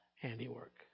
handiwork